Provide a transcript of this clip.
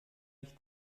sich